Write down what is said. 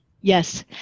Yes